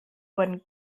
wurden